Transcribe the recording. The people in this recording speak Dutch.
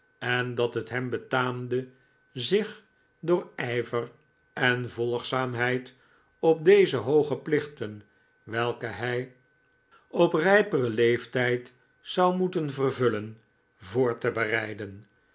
en dat het hem betaamde zich door ijver en volgzaamheid op deze hooge plichten welke hij op rijperen leeftijd zou moeten vervullen voor te bereiden